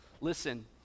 Listen